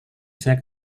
saya